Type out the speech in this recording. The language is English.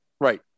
right